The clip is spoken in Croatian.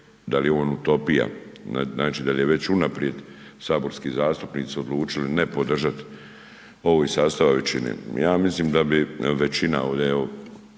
da li je on utopija. Znači, da li je već unaprijed saborski zastupnici odlučili ne podržat ovo iz sastava većine. Ja mislim da bi većina ovde evo